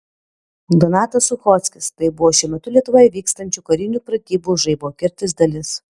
donatas suchockis tai buvo šiuo metu lietuvoje vykstančių karinių pratybų žaibo kirtis dalis